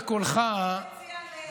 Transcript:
כבר, סמוטריץ', די, די, ברצינות.